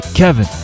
Kevin